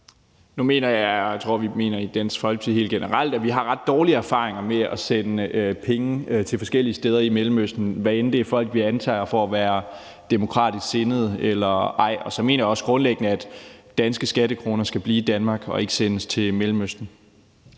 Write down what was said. Nu mener jeg, og jeg tror, at vi mener det i Dansk Folkeparti helt generelt, at vi har ret dårlige erfaringer med at sende penge til forskellige steder i Mellemøsten, hvad enten det er folk, vi antager er demokratisk sindede, eller andre. Så mener jeg også grundlæggende, at danske skattekroner skal blive i Danmark og ikke sendes til Mellemøsten.